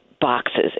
boxes